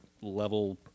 level